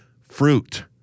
fruit